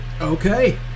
Okay